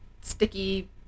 sticky